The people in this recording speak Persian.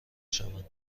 شوند